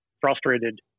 frustrated